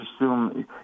assume